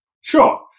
Sure